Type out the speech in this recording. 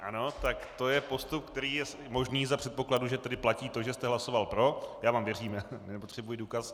Ano, tak to je postup, který je možný za předpokladu, že tady platí, že jste hlasoval pro. . Věřím vám, nepotřebuji důkaz.